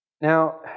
Now